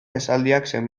esaldiak